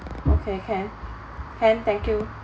okay can can thank you